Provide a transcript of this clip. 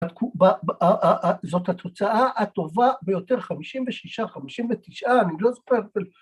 זאת התוצאה הטובה ביותר חמישים ושישה חמישים ותשעה אני לא זוכר